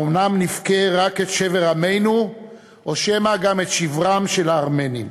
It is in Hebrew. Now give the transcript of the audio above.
האומנם נבכה רק את שבר עמנו או שמא גם את שברם של הארמנים?